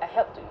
I helped to